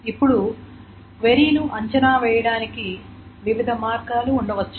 ఇప్పుడు క్వరీ ను అంచనా వేయడానికి వివిధ మార్గాలు ఉండవచ్చు